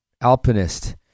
alpinist